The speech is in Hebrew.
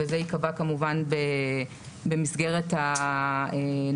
וזה ייקבע כמובן במסגרת הנוהל,